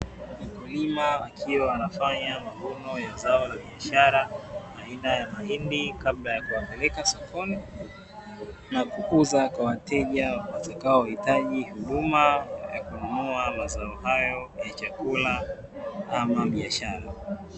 Mkulima akiwa anafanya mavuno ya zao la biashara aina ya mahindi kabla ya kuyapeleka sokoni, na kuuza kwa wateja watakaohitaji huduma ya kununua mazao hayo ya chakula ama biashara.